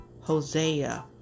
Hosea